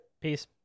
Peace